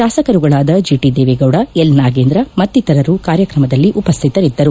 ಶಾಸಕರುಗಳಾದ ಜಿಟಿ ದೇವೆಗೌಡ ಎಲ್ ನಾಗೇಂದ್ರ ಮತ್ತಿತರರು ಕಾರ್ಯಕ್ರಮದಲ್ಲಿ ಉಪಸ್ಥಿತರಿದ್ದರು